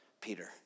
Peter